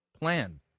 plan